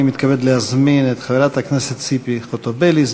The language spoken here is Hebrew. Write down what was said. אני מתכבד להזמין את חברת הכנסת ציפי חוטובלי,